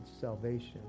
salvation